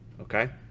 okay